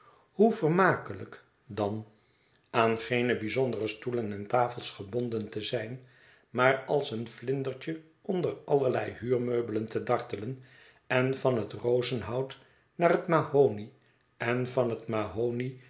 hoe vermakelijk dan aan het verlaten huis geene bijzondere stoelen en tafels gebonden te zijn maar als een vlindertje onder allerlei huurmeubelen te dartelen en van het rozenhout naar het mahonie en van het mahonie